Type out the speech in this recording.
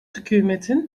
hükümetin